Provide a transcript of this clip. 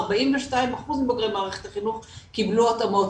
42% מבוגרי מערכת החינוך קיבלו התאמות,